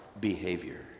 behavior